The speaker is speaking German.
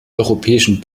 europäischen